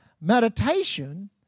Meditation